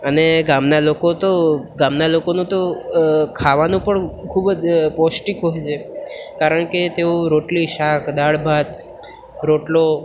અને ગામના લોકો તો ગામના લોકોનું તો ખાવાનું પણ ખૂબ જ પૌષ્ટિક હોય છે કારણ કે તેઓ રોટલી શાક દાળ ભાત રોટલો